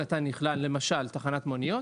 למשל תחנת מוניות.